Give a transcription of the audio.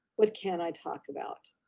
what can i talk about?